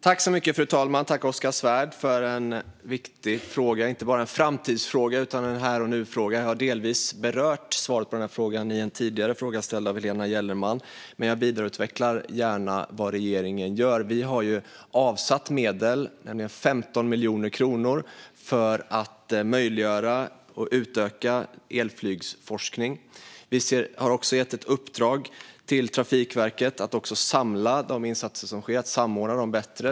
Fru talman! Jag tackar Oskar Svärd för en viktig fråga. Det är inte bara en framtidsfråga utan en här-och-nu-fråga. Jag har delvis berört svaret på denna fråga i en tidigare ställd fråga av Helena Gellerman. Men jag vidareutvecklar gärna vad regeringen gör. Vi har avsatt medel, nämligen 15 miljoner kronor, för att möjliggöra och utöka elflygsforskningen. Vi har också gett ett uppdrag till Trafikverket att samla och samordna de insatser som sker bättre.